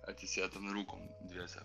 atsisėdom ir rūkom dviese